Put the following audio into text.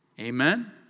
Amen